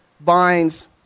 binds